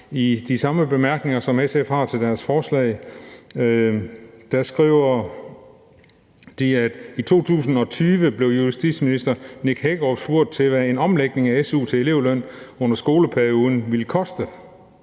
I de bemærkninger, som SF har til forslaget, skriver de: »I 2020 blev justitsminister Nick Hækkerup spurgt til, hvad en omlægning af su til elevløn under skoleperioderne ville koste.